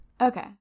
Okay